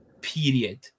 period